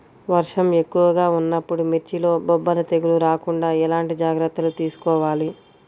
వర్షం ఎక్కువగా ఉన్నప్పుడు మిర్చిలో బొబ్బర తెగులు రాకుండా ఎలాంటి జాగ్రత్తలు తీసుకోవాలి?